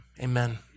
Amen